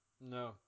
No